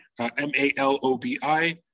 M-A-L-O-B-I